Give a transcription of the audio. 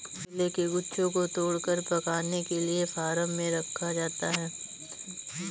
केले के गुच्छों को तोड़कर पकाने के लिए फार्म में रखा जाता है